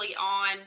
on